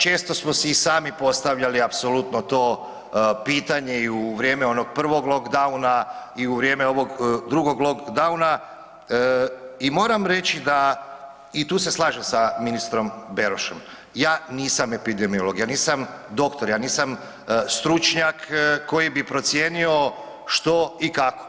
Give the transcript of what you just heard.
Često smo si i sami postavljali apsolutno to pitanje i u vrijeme onog prvog lockdowna, i u vrijeme ovog drugog lockdowna, i moram reći da i tu se slažem sa ministrom Berošom, ja nisam epidemiolog, ja nisam doktor, ja nisam stručnjak koji bi procijenio što i kako.